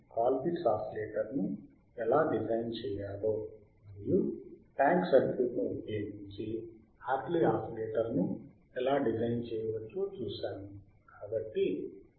call pits ఆసిలేటర్ను ఎలా design చేయాలో మరియు ట్యాంక్ సర్క్యూట్ను ఉపయోగించి హార్ట్లీ ఆసిలేటర్ను ఎలా డిజైన్ చేయవచ్చో చూశాము